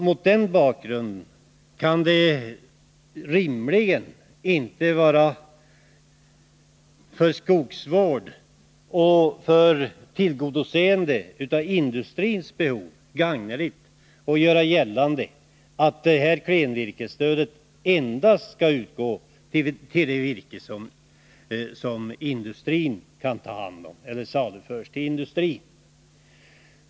Mot den bakgrunden kan det för skogsvården och för tillgodoseendet av industrins behov rimligen inte vara gagneligt att göra gällande att klenvirkesstödet endast skall utgå för det virke som saluförs till industrin.